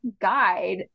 guide